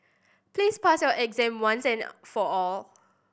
please pass your exam once and for all